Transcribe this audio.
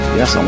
yes